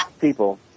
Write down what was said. people